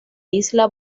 isla